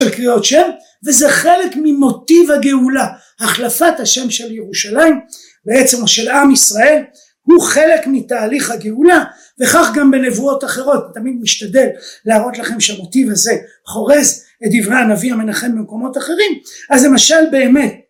של קריאות שם וזה חלק ממוטיב הגאולה החלפת השם של ירושלים בעצם של עם ישראל הוא חלק מתהליך הגאולה וכך גם בנבואות אחרות אני משתדל להראות לכם שהמוטיב הזה חורז את דברי הנביא המנחם במקומות אחרים אז למשל באמת